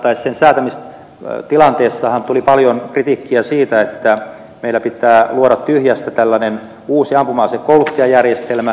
tässä aselain säätämistilanteessahan tuli paljon kritiikkiä siitä että meillä pitää luoda tyhjästä tällainen uusi ampuma asekouluttajajärjestelmä